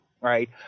right